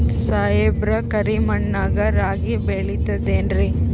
ಸಾಹೇಬ್ರ, ಕರಿ ಮಣ್ ನಾಗ ರಾಗಿ ಬೆಳಿತದೇನ್ರಿ?